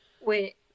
wait